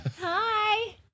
hi